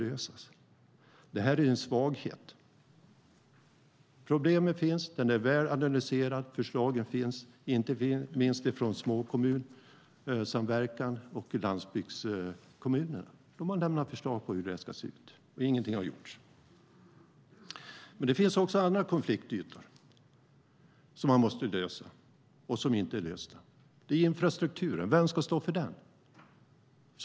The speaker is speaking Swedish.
Det är en svaghet. Problemet finns och är väl analyserat. Förslagen finns inte minst från småkommunsamverkan i landsbygdskommunerna. Det finns också andra konfliktytor som man måste lösa och som inte är lösta. Det gäller infrastrukturen. Vem ska stå för den?